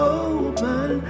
open